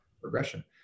progression